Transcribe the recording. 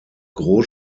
groß